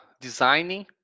designing